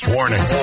Warning